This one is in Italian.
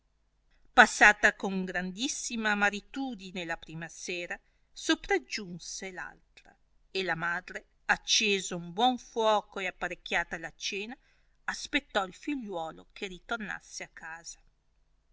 passata con grandissima amaritudine la prima sera sopraggiunse l'altra e la madre acceso un buon fuoco e apparecchiata la cena aspettò il figliuolo che ritornasse a casa